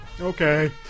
Okay